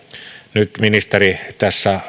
nyt tässä